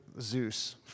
Zeus